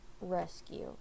Rescue